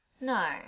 No